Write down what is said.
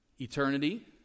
Eternity